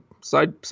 side